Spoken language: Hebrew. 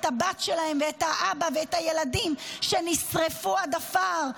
את הבת שלהם ואת האבא ואת הילדים שנשרפו עד עפר,